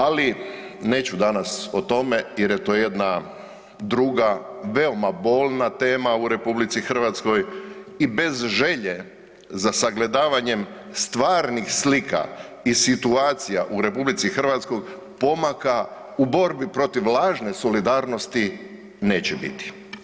Ali neću danas o tome jer je to jedna druga veoma bolna tema u RH i bez želje za sagledavanjem stvarnih slika i situacija u RH pomaka u borbi protiv lažne solidarnosti neće biti.